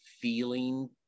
feeling